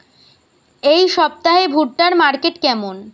এই সপ্তাহে ভুট্টার মার্কেট কেমন?